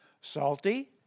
Salty